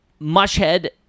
Mushhead